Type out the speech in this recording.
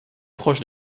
proches